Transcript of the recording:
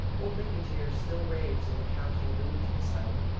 old mcintyre still raves in the county lunatic asylum,